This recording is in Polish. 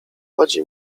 chodzi